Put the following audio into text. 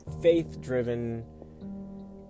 faith-driven